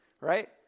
right